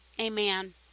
Amen